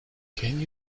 can